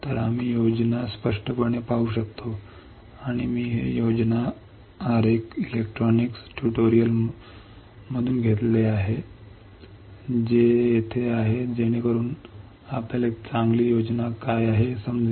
तर आम्ही योजनाबद्धपणे स्पष्टपणे पाहू शकतो आणि मी हे योजनाबद्ध आरेख इलेक्ट्रॉनिक्स ट्यूटोरियलमधून घेतले आहे जे येथे आहे जेणेकरून आपल्याला एक चांगली योजना काय आहे हे समजेल